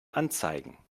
anzeigen